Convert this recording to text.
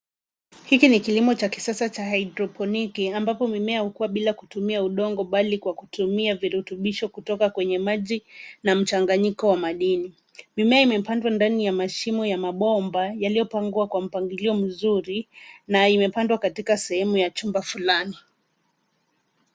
Hiki ni kilimo cha kisasa cha hydroponic ambapo mimea hukua bila kutumia udongo bali kwa kutumia virutubisho kutoka kwenye maji na mchanganyiko wa madini. Mimea imepandwa ndani ya mashimo ya mabomba yaliyopangwa kwa mpangilio mzuri na imepandwa katika sehemu ya chumba fulani.